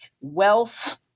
wealth